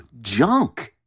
junk